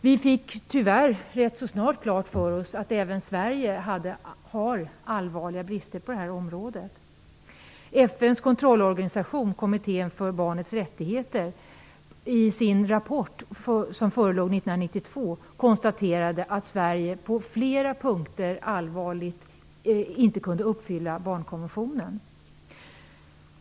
Vi fick tyvärr ganska snart klart för oss att även Sverige har allvarliga brister på det här området. FN:s kontrollorganisation, kommittén för barnets rättigheter, konstaterade i sin rapport som förelåg 1992 att Sverige på flera punkter allvarligt inte kunde uppfylla barnkonventionen.